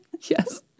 yes